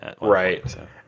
right